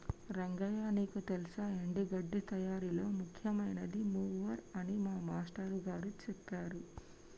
రంగయ్య నీకు తెల్సా ఎండి గడ్డి తయారీలో ముఖ్యమైనది మూవర్ అని మా మాష్టారు గారు సెప్పారు